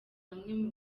bamwe